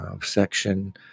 section